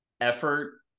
Effort